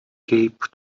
cape